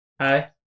Hi